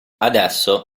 adesso